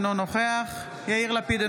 אינו נוכח יאיר לפיד,